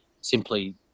simply